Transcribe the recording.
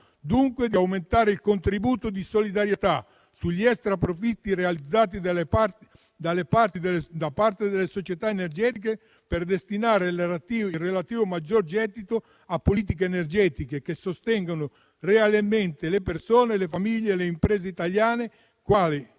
dunque di aumentare il contributo di solidarietà sugli extraprofitti realizzati da parte delle società energetiche per destinare il relativo maggiore gettito a politiche energetiche che sostengano realmente le persone, le famiglie e le imprese italiane.